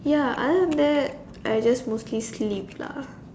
ya other than that I just mostly sleep lah